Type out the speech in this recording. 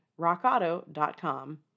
rockauto.com